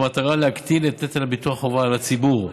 במטרה להקטין את נטל ביטוח החובה על הציבור.